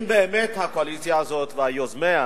אם באמת הקואליציה הזאת ויוזמיה